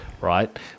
Right